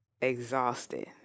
exhausted